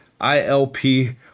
ILP